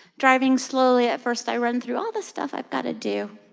driving slowly at first, i run through all the stuff i've got to do.